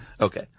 Okay